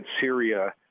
Syria